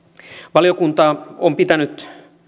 valiokunta on pitänyt